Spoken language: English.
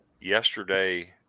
yesterday